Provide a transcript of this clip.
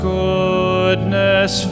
goodness